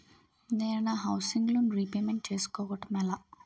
నేను నా housing loan repayment చేసుకోవటం ఎలా?